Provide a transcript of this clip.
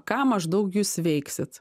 ką maždaug jūs veiksit